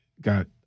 got